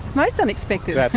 most unexpected!